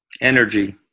Energy